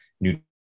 new